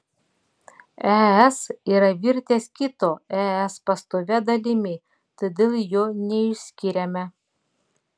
es yra virtęs kito es pastovia dalimi todėl jo neišskiriame